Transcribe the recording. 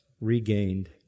regained